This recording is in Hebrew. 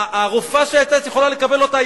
הרופאה שהיתה יכולה לקבל אותה,